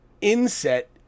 inset